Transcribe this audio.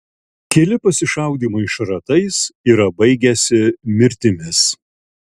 keli pasišaudymai šratais yra baigęsi mirtimis